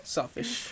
Selfish